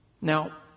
Now